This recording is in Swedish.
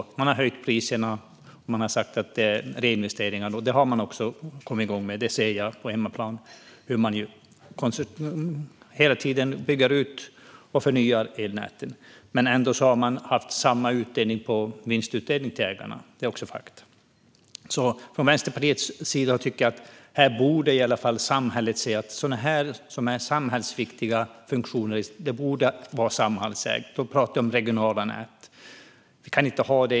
De har höjt priserna och sagt att det är reinvesteringar. Det har man också kommit igång med; jag ser på hemmaplan hur man hela tiden bygger ut och förnyar elnäten, men ändå har man hela tiden haft samma vinstutdelning till ägarna. Det är också fakta. Från Vänsterpartiets sida tycker vi att samhället borde se att sådana samhällsviktiga funktioner borde vara samhällsägda. Då talar jag om regionala nät.